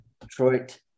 Detroit